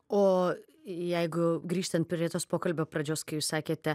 o jeigu grįžtant prie tos pokalbio pradžios kai jus sakėte